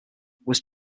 was